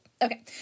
Okay